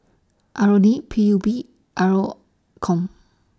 R O D P U B R O Com